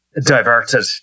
diverted